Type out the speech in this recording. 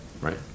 Right